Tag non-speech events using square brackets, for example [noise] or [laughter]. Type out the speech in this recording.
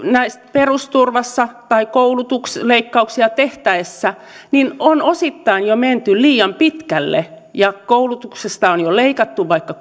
perusturvassa tai koulutusleikkauksia tehtäessä on osittain jo menty liian pitkälle koulutuksesta on jo leikattu vaikka [unintelligible]